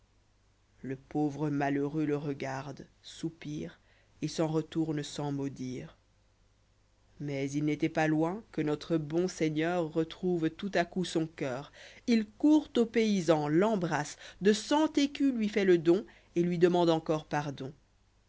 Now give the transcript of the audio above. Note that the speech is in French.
le pauvre malheureux le regarde soupire et s'en retourne sans mot dire mais il n'était pas loin que notre bon seigneur retrouve tout à coup son coeur il court au paysan l'embrasse de cent écus lui fait le don et lui demande encor pardon